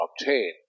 obtain